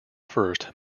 first